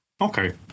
Okay